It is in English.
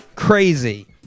Crazy